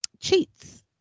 cheats